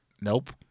Nope